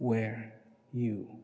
where you